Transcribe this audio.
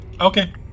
okay